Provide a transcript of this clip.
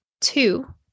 two